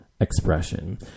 expression